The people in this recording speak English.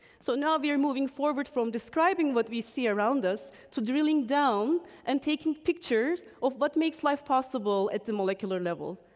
so, now, we are moving forward from describing what we see around us to drilling down and taking picture of what makes life possible at the molecular level.